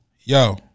Yo